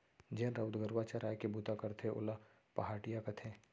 जेन राउत गरूवा चराय के बूता करथे ओला पहाटिया कथें